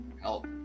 help